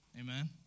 Amen